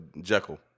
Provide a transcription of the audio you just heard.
Jekyll